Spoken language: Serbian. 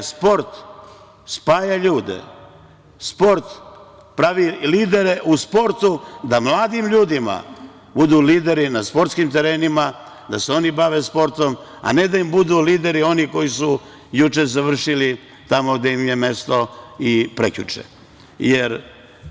Sport spaja ljude, sport pravi lidere u sportu da mladim ljudima budu lideri na sportskim terenima, da se oni bave sportom, a ne da im budu lideri oni koji su juče završili tamo gde im je mesto i prekjuče, jer